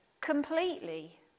completely